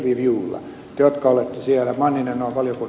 te jotka olette siellä ed